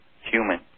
human